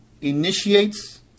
initiates